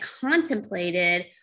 contemplated